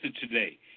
today